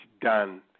done